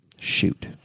Shoot